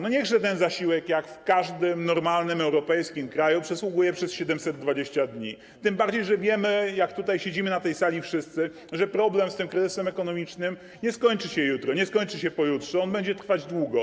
Niechże ten zasiłek jak w każdym normalnym europejskim kraju przysługuje przez 720 dni, tym bardziej że wiemy wszyscy, jak tutaj siedzimy na tej sali, że problem z kryzysem ekonomicznym nie skończy się jutro, nie skończy się pojutrze, on będzie trwać długo.